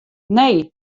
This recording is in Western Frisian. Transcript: nee